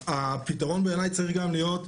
והפתרון בעיניי גם צריך להיות,